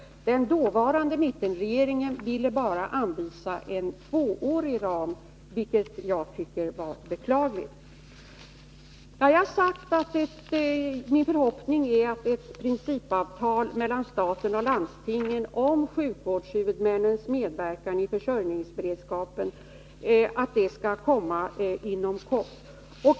Den dåvarande mittenregeringen ville bara anvisa en tvåårig ram, vilket jag tycker var beklagligt. Jag har sagt att min förhoppning är att ett principavtal mellan staten och landstingen om sjukvårdshuvudmännens medverkan i försörjningsberedskapen skall komma inom kort.